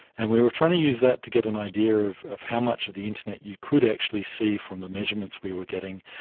and we were trying to use that to get an idea of of how much of the internet you could actually see from the measurements we were getting.